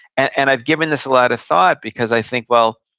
and and i've given this a lot of thought, because i think, well,